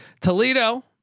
Toledo